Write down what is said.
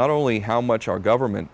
not only how much our government